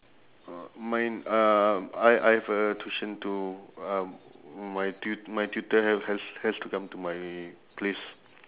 mine uh I I have a tuition too uh my tu~ my tutor ha~ has has to come to my place